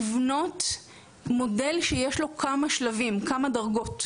מודל שיש לו כמה שלבים, כמה דרגות.